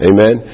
Amen